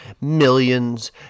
millions